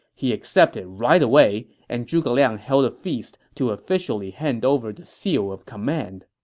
he accepted right away, and zhuge liang held a feast to officially hand over the seal of command.